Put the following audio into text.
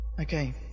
Okay